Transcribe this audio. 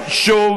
צא.